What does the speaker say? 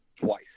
twice